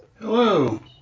Hello